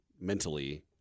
mentally